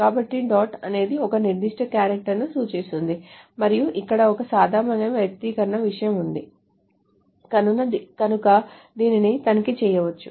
కాబట్టి dot అనేది ఒక నిర్దిష్ట క్యారెక్టర్ ను సూచిస్తుంది మరియు ఇక్కడ ఒక సాధారణ వ్యక్తీకరణ విషయం ఉంటుంది కనుక దీనిని తనిఖీ చేయవచ్చు